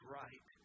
right